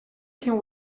can